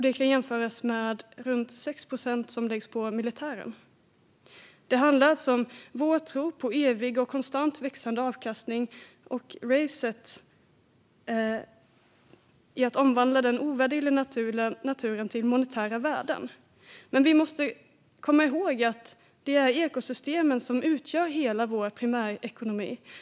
Det kan jämföras med de ca 6 procent som läggs på militären. Det handlar om vår tro på evigt och konstant växande avkastning och racet för att omvandla den ovärderliga naturen till monetära värden. Vi måste komma ihåg att ekosystemen utgör hela vår primärekonomi.